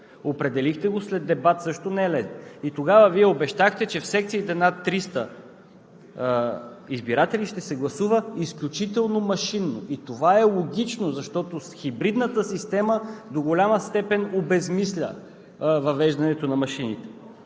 определихте го след дебат, също не лек. Тогава Вие обещахте, че в секциите над 300 избиратели ще се гласува изключително машинно. Това е логично, защото хибридната система до голяма степен обезсмисля въвеждането на машинните